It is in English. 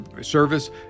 service